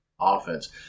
Offense